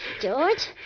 George